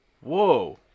Whoa